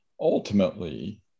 ultimately